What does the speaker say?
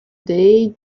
day